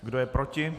Kdo je proti?